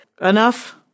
Enough